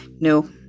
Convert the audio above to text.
No